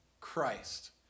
Christ